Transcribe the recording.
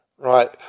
Right